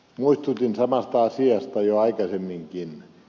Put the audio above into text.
muistutin samasta asiasta jo aikaisemminkin